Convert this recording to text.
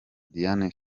diane